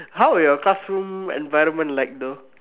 how were your classroom environment like though